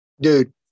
dude